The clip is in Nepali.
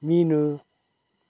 मिनु